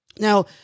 Now